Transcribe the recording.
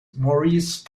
maurice